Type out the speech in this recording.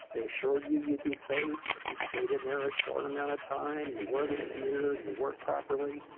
they assured you you'd be safe if you stayed in there a short amount of time, you wore this gear and you wore it properly,